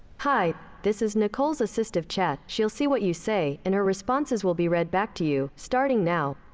hi. this is nicole's assistive chat. she'll see what you say, and her responses will be read back to you, starting now.